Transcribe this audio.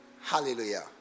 Hallelujah